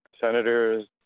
Senators